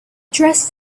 dressed